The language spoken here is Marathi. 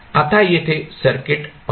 आता येथे सर्किट पाहू